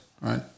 right